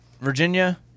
Virginia